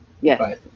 Yes